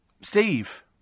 Steve